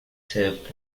served